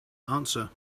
answer